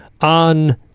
on